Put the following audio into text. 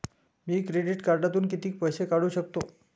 मी credit कार्डातून किती पैसे काढू शकतो?